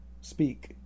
speak